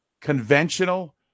conventional